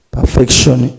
Perfection